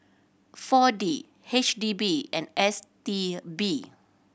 Four D H D B and S T B